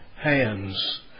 hands